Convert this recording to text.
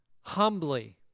humbly